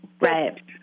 Right